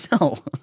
No